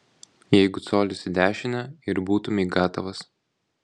jeigu colis į dešinę ir būtumei gatavas